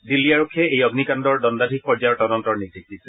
দিল্লী আৰক্ষীয়ে এই অগ্নিকাণ্ডৰ দণ্ডাধীশ পৰ্যায়ৰ তদন্তৰ নিৰ্দেশ দিছে